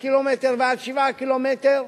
מ-0 ועד 7 קילומטר,